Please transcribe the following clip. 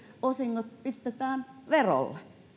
osingot pistetään verolle